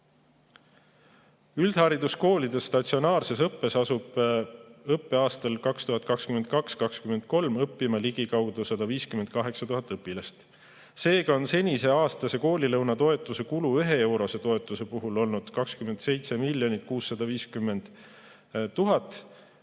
Üldhariduskoolide statsionaarses õppes asub õppeaastal 2022–2023 õppima ligikaudu 158 000 õpilast. Seega on seni koolilõuna toetuse kulu olnud aastas 1-eurose toetuse puhul 27 650 000.